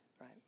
right